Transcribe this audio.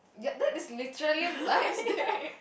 ya that is literally blind date